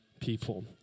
people